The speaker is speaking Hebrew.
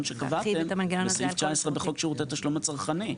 שקבעתם בסעיף 19 בחוק שירותי תשלום הצרכני.